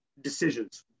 decisions